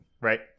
right